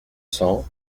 cent